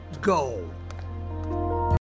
Go